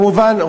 כמובן,